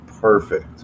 perfect